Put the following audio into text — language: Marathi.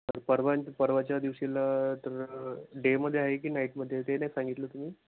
पर्वांच परवाच्या दिवशी तर डेमध्ये आहे की नाईटमध्ये आहे ते नाही सांगितलं तुम्ही